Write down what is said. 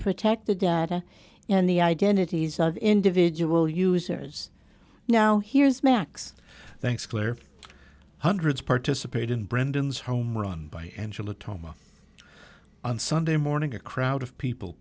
protect the data and the identities of individual users now here's max thanks claire hundreds participate in brandon's home run by angela thomas on sunday morning a crowd of people